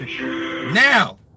now